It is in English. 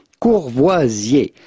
Courvoisier